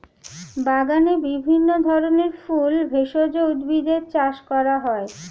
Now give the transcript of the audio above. বাগানে বিভিন্ন ধরনের ফুল, ভেষজ উদ্ভিদের চাষ করা হয়